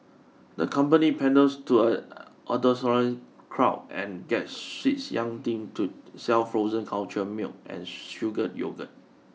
the company panders to a adolescent crowd and gets sweets young thing to sell frozen cultured milk and sugar yogurt